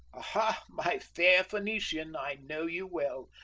aha, my fair phoenician, i know you well!